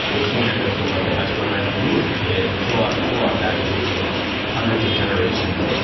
which he mimicked from like the best runner when he was a kid and so on and so on, back and forth like hundreds of generations,